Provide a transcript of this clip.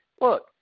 Look